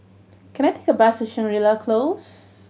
can I take a bus to Shangri La Close